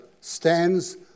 stands